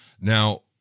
Now